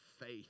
faith